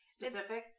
Specific